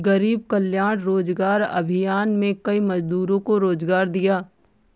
गरीब कल्याण रोजगार अभियान में कई मजदूरों को रोजगार दिया